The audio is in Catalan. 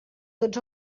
tots